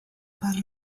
para